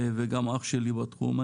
גם אח שלי בתחום.